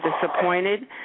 disappointed